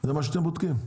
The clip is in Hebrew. זה מה שאתם בודקים?